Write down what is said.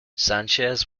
sanchez